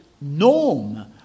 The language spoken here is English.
norm